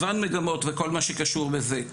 מגמות, וכל מה שקשור בזה.